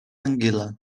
anguila